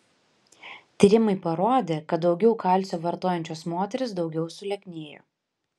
tyrimai parodė kad daugiau kalcio vartojančios moterys daugiau sulieknėjo